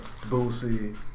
Boosie